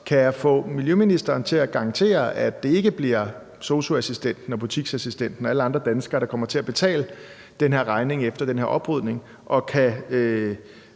kan jeg få miljøministeren til at garantere, at det ikke bliver sosu-assistenten, butiksassistenten og alle andre danskere, der kommer til at betale den her regning efter den her oprydning? Og kan